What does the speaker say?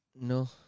No